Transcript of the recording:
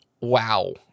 Wow